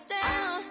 down